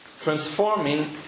Transforming